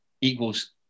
equals